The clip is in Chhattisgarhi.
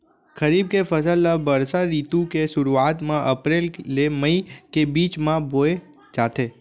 खरीफ के फसल ला बरसा रितु के सुरुवात मा अप्रेल ले मई के बीच मा बोए जाथे